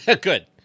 good